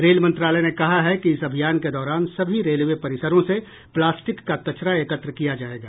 rail मंत्रालय ने कहा है कि इस अभियान के दौरान सभी रेलवे परिसरों से प्लास्टिक का कचरा एकत्र किया जायेगा